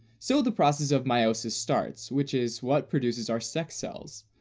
so the process of meiosis starts, which is what produces our sex cells,